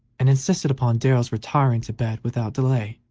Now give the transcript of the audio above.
and insisted upon darrell's retiring to bed without delay,